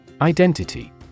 Identity